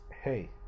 Hey